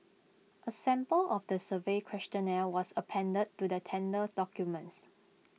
A sample of the survey questionnaire was appended to the tender documents